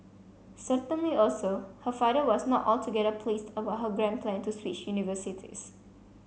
certainly also her father was not altogether pleased about her grand plan to switch universities